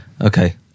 okay